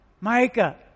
Micah